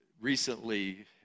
recently